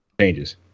changes